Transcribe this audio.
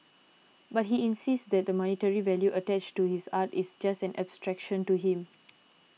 but he insists the monetary value attached to his art is just an abstraction to him